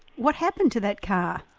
what happened to that car?